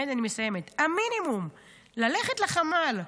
אני מסיימת, את המינימום, ללכת לחמ"ל,